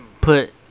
put